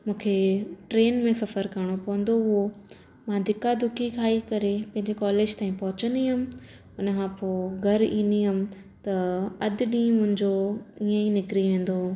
मूंखे ट्रेन में सफ़र करिणो पवंदो हुयो मां धिका धुकी खाई करे पंहिंजे कॉलेज ताईं पहुंचंदी हुयमि हुनखां पोइ घरु ईंदी त अधु ॾींहुं मुंहिंजो ईअं ई निकिरी वेंदो आहे